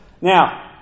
Now